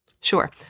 Sure